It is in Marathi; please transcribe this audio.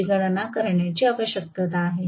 ची गणना करण्याची आवश्यकता आहे